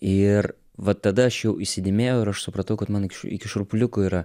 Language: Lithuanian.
ir va tada aš jau įsidėmėjau ir aš supratau kad man iki šiurpuliukų yra